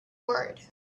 word